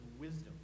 wisdom